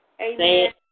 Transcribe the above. Amen